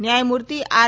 ન્યાયમૂર્તિ આર